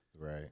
Right